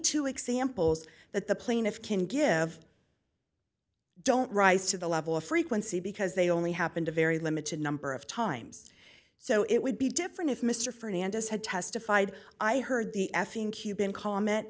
two examples that the plaintiff can give don't rise to the level of frequency because they only happened a very limited number of times so it would be different if mr fernandez had testified i heard the f ing cuban comment